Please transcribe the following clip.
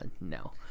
no